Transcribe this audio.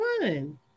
one